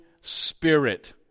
spirit